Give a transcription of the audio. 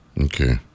Okay